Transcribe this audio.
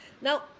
Now